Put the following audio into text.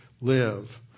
live